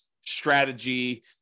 strategy